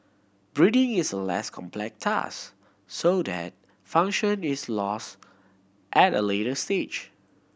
breathing is a less complex task so that function is lost at a later stage